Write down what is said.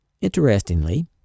Interestingly